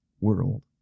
World